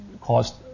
caused